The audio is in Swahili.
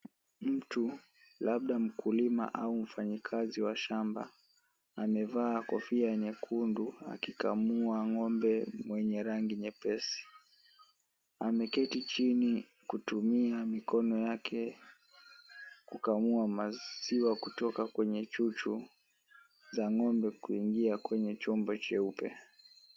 Mtu, labda mkulima au mfanyikazi wa shamba amevaa kofia nyekundu akikamua ng'ombe mwenye rangi nyepesi. Ameketi chini kutumia mikono yake kukamua maziwa kutoka kwenye chuchu za ng'ombe kuingia kwenye chombo cheupe.